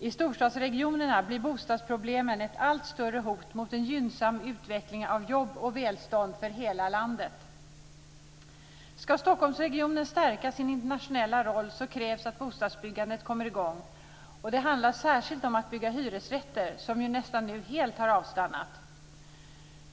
I storstadsregionerna blir bostadsproblemen ett allt större hot mot en gynnsam utveckling av jobb och välstånd för hela landet. Ska Stockholmsregionen stärka sin internationella roll krävs att bostadsbyggandet kommer i gång. Det handlar särskilt om att bygga hyresrätter, något som nu nästan helt har avstannat.